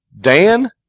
Dan